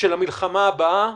למלחמה הבאה.